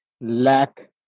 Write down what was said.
lack